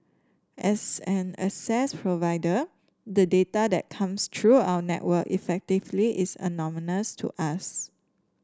as an access provider the data that comes through our network effectively is anonymous to us